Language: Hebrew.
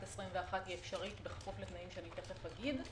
2021 היא אפשרית בכפוף לתנאים שמיד אגיד,